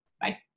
Bye